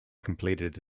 completed